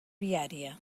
viària